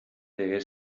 degué